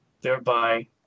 thereby